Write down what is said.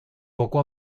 poco